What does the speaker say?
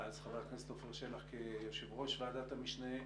חבר הכנסת עפר שלח כיושב-ראש ועדת המשנה,